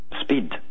speed